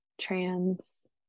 trans